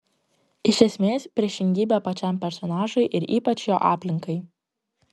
iš esmės priešingybė pačiam personažui ir ypač jo aplinkai